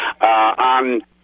on